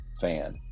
fan